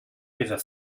river